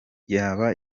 yaba